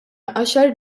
għaxar